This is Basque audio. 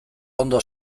ondo